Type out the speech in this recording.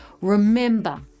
Remember